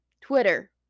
Twitter